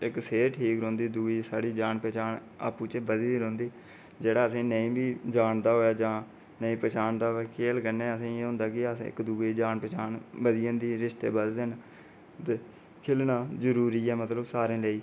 इक सेह्त ठीक रौंह्दी दूई साढ़ी जान पैह्चान आपूं चे बनी दी रौंह्दी जेह्ड़ा असें गी नेईं बी जानदा होऐ खेल कन्नै असें गी इक दूऐ कन्नै जान पैह्चान बधी जंदी रिश्ते बधदे न खेलना जरूरी ऐ मतलब सारें लेईं